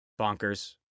Bonkers